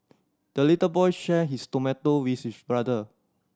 the little boy shared his tomato with his brother